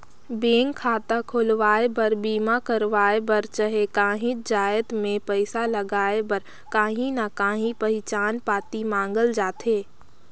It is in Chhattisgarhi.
बेंक खाता खोलवाए बर, बीमा करवाए बर चहे काहींच जाएत में पइसा लगाए बर काहीं ना काहीं पहिचान पाती मांगल जाथे